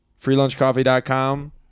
FreelunchCoffee.com